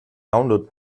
download